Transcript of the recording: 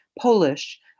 Polish